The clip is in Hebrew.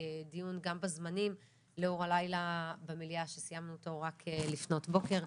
הדיון גם בזמנים לאור הלילה במליאה שסיימנו אותו רק לפנות בוקר.